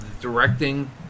directing